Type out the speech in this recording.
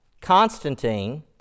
Constantine